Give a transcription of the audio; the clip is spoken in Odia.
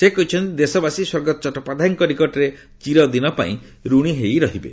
ସେ କହିଛନ୍ତି ଦେଶବାସୀ ସ୍ୱର୍ଗତ ଚଟ୍ଟୋପାଧ୍ୟାୟଙ୍କ ନିକଟରେ ଚିରଦିନ ପାଇଁ ଋଣୀ ହୋଇ ରହିବେ